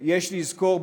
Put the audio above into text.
ויש לזכור,